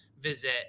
visit